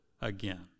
Again